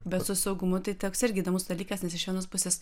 bet su saugumu tai toks irgi įdomus dalykas nes iš vienos pusės